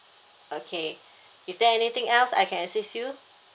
okay is there anything else I can assist you